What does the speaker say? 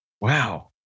Wow